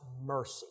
mercy